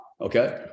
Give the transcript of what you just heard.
Okay